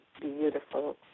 beautiful